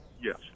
Yes